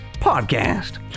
podcast